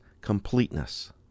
completeness